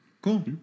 Cool